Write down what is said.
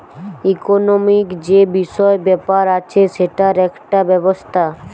economic যে বিষয় ব্যাপার আছে সেটার একটা ব্যবস্থা